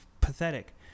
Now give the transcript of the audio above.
pathetic